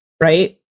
right